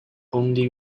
only